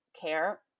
care